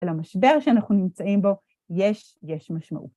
אלא המשבר שאנחנו נמצאים בו - יש, יש משמעות.